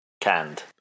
Canned